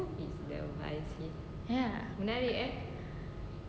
ya